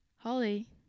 Holly